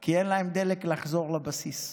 כי אין להם דלק לחזור לבסיס.